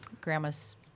Grandma's